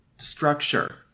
structure